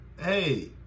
hey